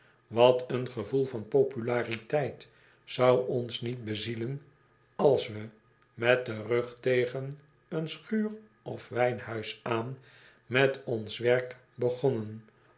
wat een gevoel van populariteit zou ons niet bezielen als we met den rug tegen een schuur of wijnhuis aan met ons werk begonnen